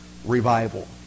revival